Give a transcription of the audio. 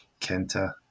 Kenta